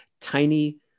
tiny